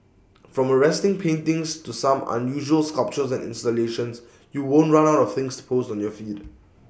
from arresting paintings to some unusual sculptures and installations you won't run out of things to post on your feeds